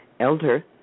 Elder